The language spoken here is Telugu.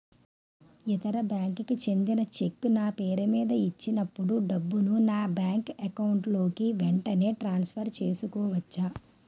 ఇతర బ్యాంక్ కి చెందిన చెక్ నా పేరుమీద ఇచ్చినప్పుడు డబ్బుని నా బ్యాంక్ అకౌంట్ లోక్ వెంటనే ట్రాన్సఫర్ చేసుకోవచ్చా?